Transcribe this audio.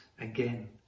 Again